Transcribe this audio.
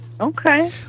okay